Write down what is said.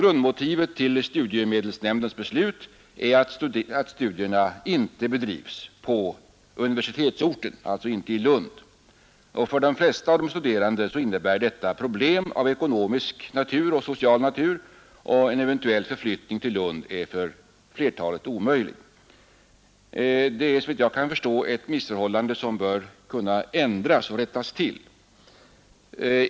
Grundmotivet till studiemedelsnämndens beslut är att studierna inte bedrivs på universitetsorten, alltså inte i Lund. För de flesta av de studerande innebär detta problem av ekonomisk och social natur, och en eventuell förflyttning till Lund är för flertalet omöjlig. Det är såvitt jag kan förstå ett missförhållande som bör kunna rättas till.